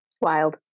Wild